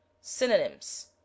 Synonyms